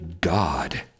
God